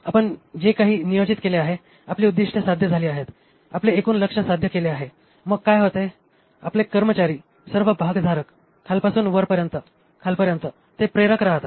आपण जे काही नियोजित केले आहे आपली उद्दीष्टे साध्य झाली आहेत आपले एकूण लक्ष्य साध्य केले आहे मग काय होते आपले कर्मचारी सर्व भागधारक खालपासून वरपासून खालपर्यंत ते प्रेरक राहतात